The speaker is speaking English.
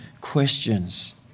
questions